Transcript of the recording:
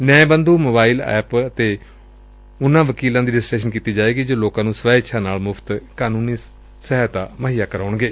ਨਿਆਏ Bandhu mobile app ਤੇ ਉਨ੍ਹਾਂ ਵਕੀਲਾਂ ਦੀ ਰਜਿਸਟਰੇਸ਼ਨ ਕੀਤੀ ਜਾਵੇਗੀ ਜੇ ਲੋਕਾਂ ਨੂੰ ਸਵੈ ਇੱਛਾ ਨਾਲ ਮੁਫ਼ਤ ਕਾਨੂੰਨੀ ਸਹਾਇਤਾ ਮੁੱਹਈਆ ਕਰਵਾਉਣਗੇ